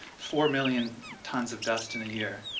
four million tons of dust in a year.